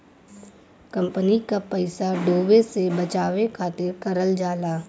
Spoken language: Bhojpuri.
कंपनी क पइसा डूबे से बचावे खातिर करल जाला